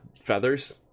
feathers